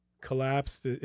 collapsed